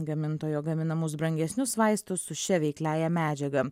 gamintojo gaminamus brangesnius vaistus su šia veikliąja medžiaga